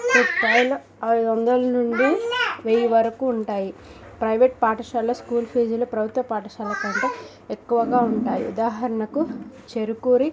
ఐదు వందల నుండి వెయ్యి వరకు ఉంటాయి ప్రైవేట్ పాఠశాలలో స్కూల్ ఫీజులు ప్రభుత్వ పాఠశాల కంటే ఎక్కువగా ఉంటాయి ఉదాహరణకు చెరుకూరి